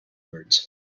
words